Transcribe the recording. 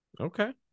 Okay